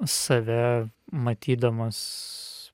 save matydamas